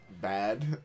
bad